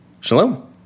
shalom